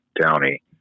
Downey